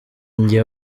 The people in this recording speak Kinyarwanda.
nge